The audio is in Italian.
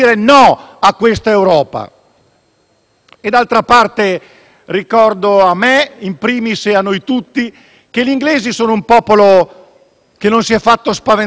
D'altra parte, ricordo a me *in primis* e a noi tutti, che quello inglese è un popolo che non si è fatto spaventare da Napoleone e neppure da Hitler